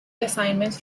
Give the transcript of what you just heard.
assignments